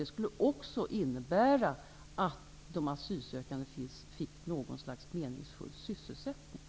Det skulle också innebära att de asylsökande fick en meningsfull sysselsättning.